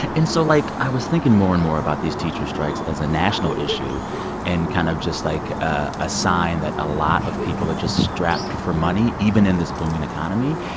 and so, like, i was thinking more and more about these teacher strikes as a national issue and kind of just like a sign that a lot of people are just strapped for money, even in this booming economy.